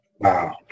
Wow